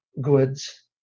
goods